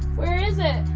where is it?